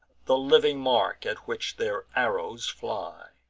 the living mark at which their arrows fly.